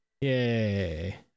yay